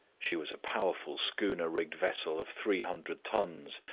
she was a powerful schooner-rigged vessel of three hundred tons,